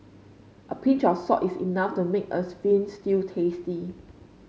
a pinch of salt is enough to make a veal stew tasty